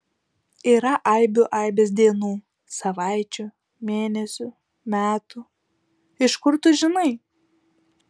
yra aibių aibės dienų savaičių mėnesių metų iš kur tu žinai